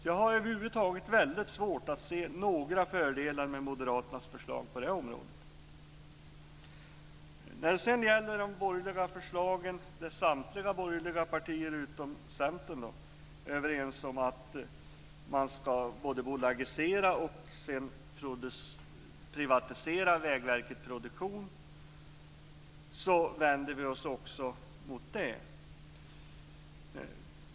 Jag har över huvud taget väldigt svårt att se några fördelar med moderaternas förslag på det här området. Vi vänder oss också mot förslagen från samtliga borgerliga partier utom Centern om bolagisering och privatisering av Vägverkets produktionsdivision.